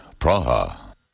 Praha